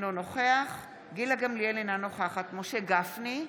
אינו נוכח גילה גמליאל, אינה נוכחת משה גפני,